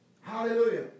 Hallelujah